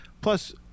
Plus